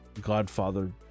Godfather